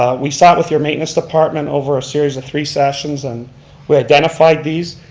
ah we sat with your maintenance department over a series of three sessions and we identified these.